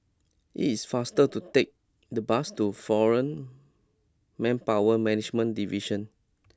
it is faster to take the bus to Foreign Manpower Management Division